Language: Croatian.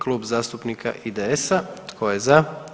Klub zastupnika IDS-a, tko je za?